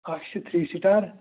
اَکھ چھ three star